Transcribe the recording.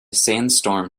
sandstorm